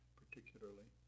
particularly